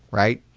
right?